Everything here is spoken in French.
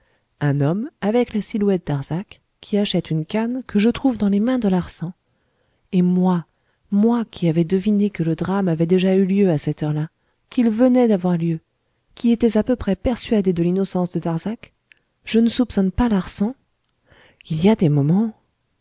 un homme avec la silhouette darzac qui achète une canne que je trouve dans les mains de larsan et moi moi qui avais deviné que le drame avait déjà eu lieu à cette heure-là qu'il venait d'avoir lieu qui étais à peu près persuadé de l'innocence de darzac je ne soupçonne pas larsan il y a des moments